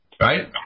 Right